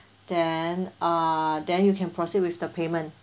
then err then you can proceed with the payment